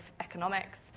Economics